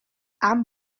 ann